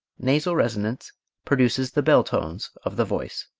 nasal resonance produces the bell-tones of the voice